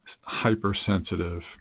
hypersensitive